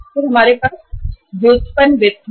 उसके बाद हमारे पास व्युत्पन्न वित्त है